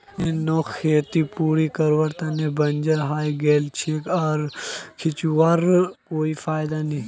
इखनोक खेत पूरी तरवा से बंजर हइ गेल छेक अब सींचवारो कोई फायदा नी